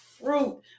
Fruit